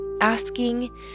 asking